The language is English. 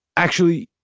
actually,